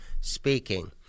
speaking